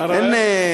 אתה רואה?